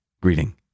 greeting